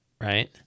right